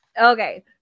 Okay